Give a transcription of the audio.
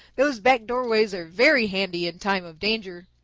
those back doorways are very handy in time of danger.